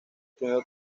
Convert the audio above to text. primer